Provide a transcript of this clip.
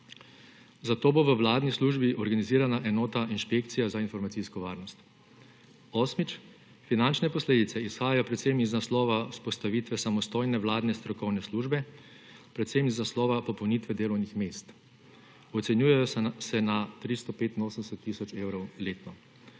zato bo v vladni službi organizirana enota inšpekcija za informacijsko varnost. Osmič, finančne posledice izhajajo predvsem iz naslova vzpostavitve samostojne vladne strokovne službe, predvsem iz naslova popolnitve delovnih mest. Ocenjujejo se na 385 tisoč evrov letno.